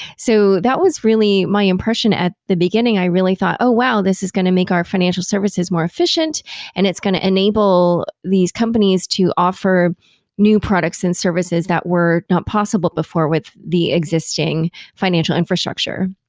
so that was really my impression at the beginning. i really thought, oh, wow. this is going to make our financial services more efficient and it's going to enable these companies to offer new products and services that were not possible before with the existing financial infrastructure.